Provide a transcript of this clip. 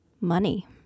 Money